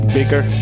bigger